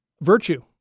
Virtue